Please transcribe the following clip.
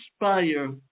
inspire